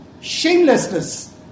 shamelessness